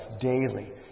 daily